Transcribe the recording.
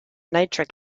nitric